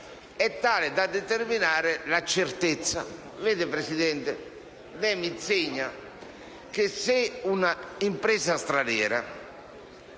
tale da determinare la certezza. Signor Presidente, lei mi insegna che se un'impresa straniera